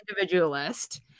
individualist